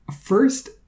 first